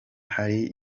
hari